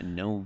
no